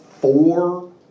four